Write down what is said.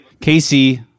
Casey